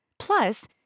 Plus